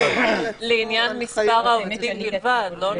לעניין מספר העובדים בלבד.